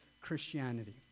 Christianity